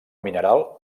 mineral